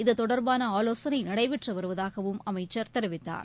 இதுதொடர்பானஆலோசனைநடைபெற்றுவருவதாகவும் அமைச்சர் தெரிவித்தார்